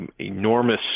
enormous